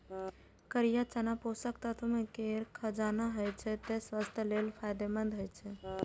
करिया चना पोषक तत्व केर खजाना होइ छै, तें स्वास्थ्य लेल फायदेमंद होइ छै